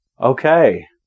Okay